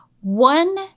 one